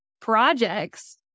projects